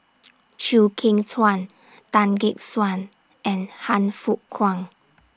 Chew Kheng Chuan Tan Gek Suan and Han Fook Kwang